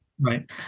right